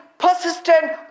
Persistent